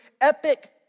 epic